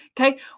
okay